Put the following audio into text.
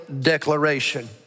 declaration